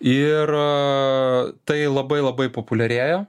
ir tai labai labai populiarėja